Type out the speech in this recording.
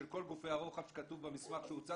של כל גופי הרוחב שכתוב במסמך שהוצג,